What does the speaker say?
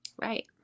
Right